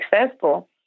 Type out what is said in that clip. successful